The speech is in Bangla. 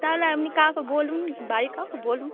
তাহলে আমনি কাউকে বলুন বাড়ির কাউকে বলুন